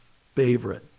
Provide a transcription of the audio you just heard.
favorite